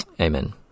Amen